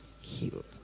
healed